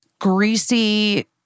greasy